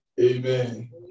Amen